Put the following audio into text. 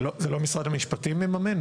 זה לא משרד המשפטים מממן?